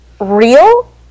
real